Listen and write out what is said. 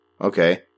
okay